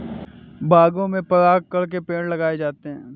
बागों में परागकण के पेड़ लगाए जाते हैं